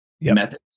methods